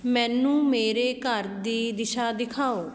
ਮੈਨੂੰ ਮੇਰੇ ਘਰ ਦੀ ਦਿਸ਼ਾ ਦਿਖਾਓ